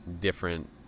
different